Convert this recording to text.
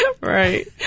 Right